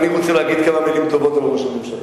אני רוצה להגיד כמה מלים טובות על ראש הממשלה.